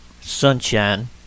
Sunshine